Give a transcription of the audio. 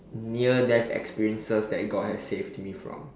near death experiences that God has saved me from